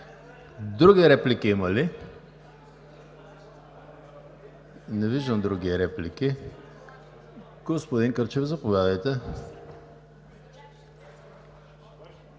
Други реплики има ли? Не виждам други реплики. Господин Кърчев, заповядайте.